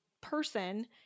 person